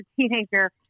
teenager